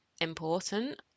important